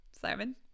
Simon